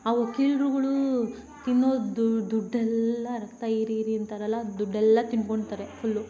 ಆ ವಕೀಲ್ರುಗಳು ತಿನ್ನೋ ದುಡ್ಡೆಲ್ಲ ರಕ್ತ ಹೀರಿ ಹೀರಿ ಅಂತಾರಲ್ಲ ದುಡ್ಡೆಲ್ಲ ತಿನ್ಕೊತಾರೇ ಫುಲ್ಲು